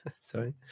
sorry